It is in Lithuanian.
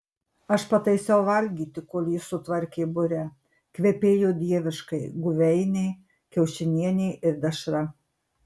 aš pataisiau valgyti kol jis sutvarkė burę kvepėjo dieviškai guveiniai kiaušinienė ir dešra